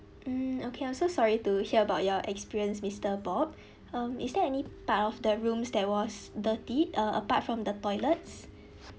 mm okay I'm so sorry to hear about your experience mister bob um is there any part of the rooms that was dirty uh apart from the toilets